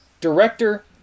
director